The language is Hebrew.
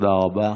תודה רבה.